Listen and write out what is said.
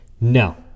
No